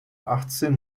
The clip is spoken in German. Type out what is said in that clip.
achtzehn